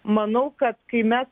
manau kad kai mes